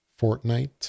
Fortnite